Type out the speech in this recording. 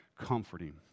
comforting